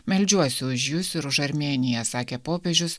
meldžiuosi už jus ir už armėniją sakė popiežius